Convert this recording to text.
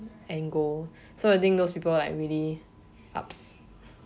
end goal so I think those people like really ups